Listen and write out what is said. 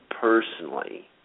personally